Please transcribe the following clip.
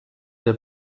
der